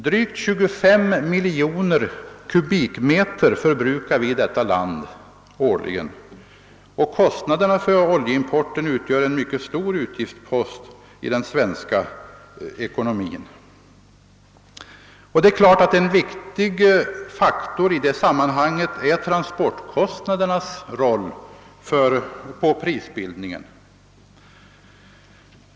Drygt 25 miljoner kubikmeter förbrukar vi årligen i detta land. Kostnaden för oljeimporten utgör en mycket stor utgiftspost i den svenska ekonomin. En viktig faktor i detta sammanhang är naturligtvis transportkostnadernas roll i prisbildningen.